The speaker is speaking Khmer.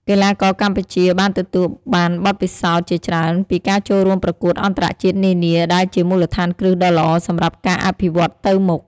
កីឡាករកម្ពុជាបានទទួលបានបទពិសោធន៍ជាច្រើនពីការចូលរួមប្រកួតអន្តរជាតិនានា ដែលជាមូលដ្ឋានគ្រឹះដ៏ល្អសម្រាប់ការអភិវឌ្ឍទៅមុខ។